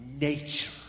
nature